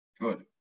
Good